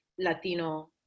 Latino